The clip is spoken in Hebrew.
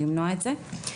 למנוע את זה.